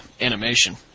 animation